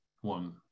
one